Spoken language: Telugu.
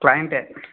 పాయింటే